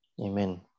Amen